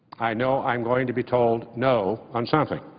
i know i'm going to be told no on something